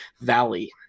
valley